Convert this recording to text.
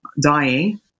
dying